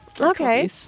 Okay